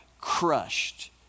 crushed